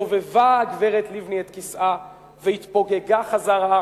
סובבה הגברת לבני את כיסאה והתפוגגה חזרה